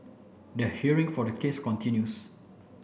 the hearing for the case continues